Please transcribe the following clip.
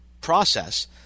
process